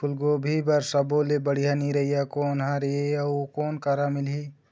फूलगोभी बर सब्बो ले बढ़िया निरैया कोन हर ये अउ कोन करा मिलही?